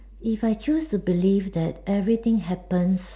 if I choose to believe that everything happens